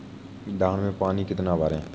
धान में पानी कितना भरें?